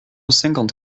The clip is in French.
cinquante